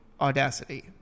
Audacity